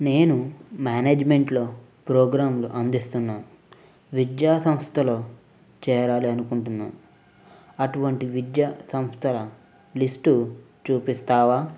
నేను మ్యానేజ్మెంట్లో ప్రోగ్రాంలు అందిస్తున్న విద్యా సంస్థలో చేరాలి అనుకుంటునాను అటువంటి విద్యా సంస్థల లిస్టు చూపిస్తావా